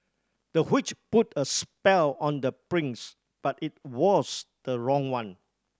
the witch put a spell on the prince but it was the wrong one